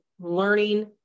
learning